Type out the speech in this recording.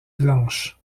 blanche